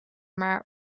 maar